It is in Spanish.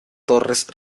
torres